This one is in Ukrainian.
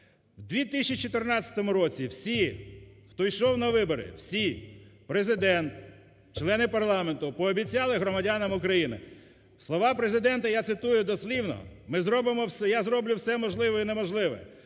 В 2014 році всі, хто йшов на вибори, всі, Президент, члени парламенту, пообіцяли громадянам України, слова Президента я цитую дослівно: "Я зроблю все можливе і неможливе